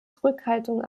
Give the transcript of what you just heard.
zurückhaltung